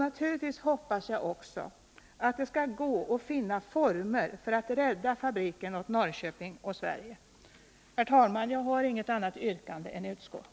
Jag hoppas också att det skall gå att finna former för att rädda fabriken åt Norrköping och Sverige. Herr talman! Jag har inget annat yrkande än utskottets.